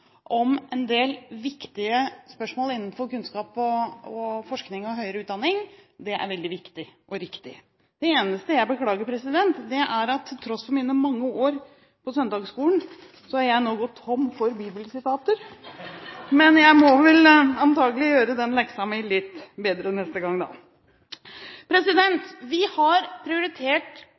om en del viktige spørsmål innen kunnskap og høyere utdanning, er veldig viktig og riktig. Det eneste jeg beklager, er at til tross for mine mange år på søndagsskolen, har jeg nå gått tom for bibelsitater , men jeg må vel antakelig gjøre den leksa mi litt bedre neste gang. Vi har prioritert